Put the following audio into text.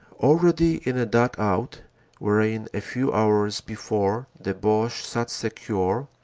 already in a dug-out, wherein a few hours before the boche sat secure,